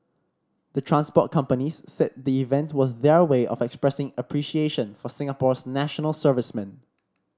the transport companies said the event was their way of expressing appreciation for Singapore's national servicemen